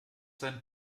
seinen